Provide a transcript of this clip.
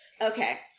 Okay